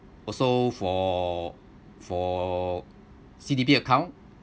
also for for C_D_P account